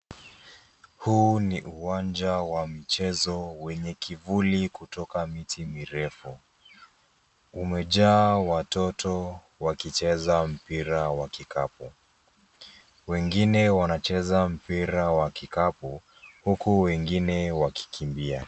Huu ni uwanja wa michezo wenye kivuli kutoka miti mirefu. Umejaa watoto wakicheza mpira wa kikapu. Wengine wanacheza mpira wa kikapu huku wengine wakikimbia.